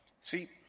See